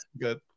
Good